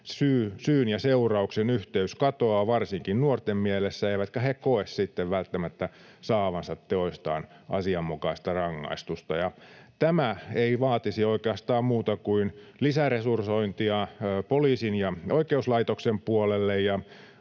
syyn ja seurauksen yhteys katoaa varsinkin nuorten mielessä, eivätkä he koe sitten välttämättä saavansa teoistaan asianmukaista rangaistusta. Tämä ei vaatisi oikeastaan muuta kuin lisäresursointia poliisin ja oikeuslaitoksen puolelle,